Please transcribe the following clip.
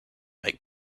make